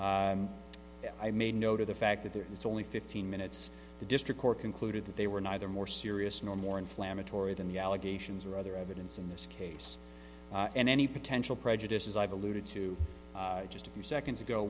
know to the fact that there is only fifteen minutes the district court concluded that they were neither more serious nor more inflammatory than the allegations or other evidence in this case and any potential prejudice as i've alluded to just a few seconds ago